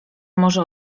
może